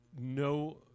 no